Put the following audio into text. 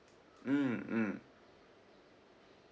mm mm